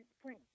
Spring